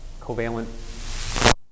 covalent